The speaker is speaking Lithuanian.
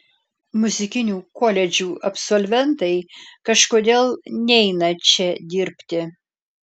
muzikinių koledžų absolventai kažkodėl neina čia dirbti